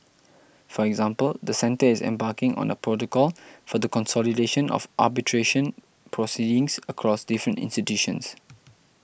for example the centre is embarking on a protocol for the consolidation of arbitration proceedings across different institutions